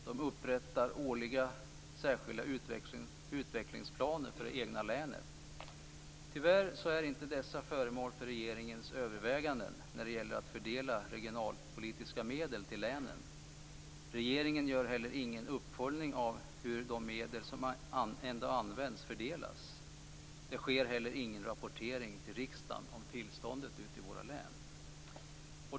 De upprättar årliga särskilda utvecklingsplaner för det egna länet. Tyvärr är inte dessa föremål för regeringens överväganden när det gäller att fördela regionalpolitiska medel till länen. Regeringen gör inte heller någon uppföljning av hur de medel som används fördelas. Det sker inte heller någon rapportering till riksdagen om tillståndet i våra län.